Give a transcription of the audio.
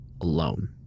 alone